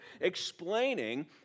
explaining